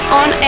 on